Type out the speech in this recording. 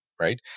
right